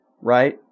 right